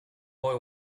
boy